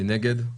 מי נגד?